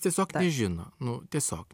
tiesiog tai žino nu tiesiog